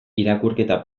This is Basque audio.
irakurketa